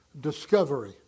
discovery